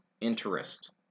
interest